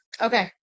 okay